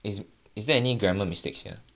is is there any grammar mistakes here